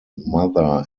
mother